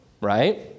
right